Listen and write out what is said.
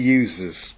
users